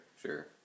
Sure